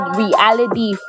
reality